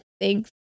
Thanks